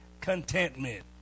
Contentment